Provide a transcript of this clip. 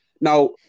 Now